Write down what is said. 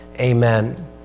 Amen